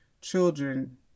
children